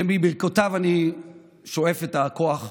שמברכותיו אני שואב את הכוח,